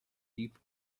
deep